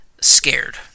scared